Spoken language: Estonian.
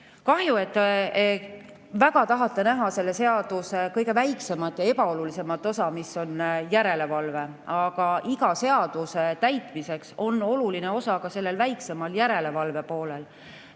et te väga tahate näha selle seaduse kõige väiksemat ja ebaolulisemat osa, mis on järelevalve. [Jah,] iga seaduse täitmisel on oluline osa ka sellel väiksemal järelevalvepoolel,